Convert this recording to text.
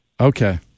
Okay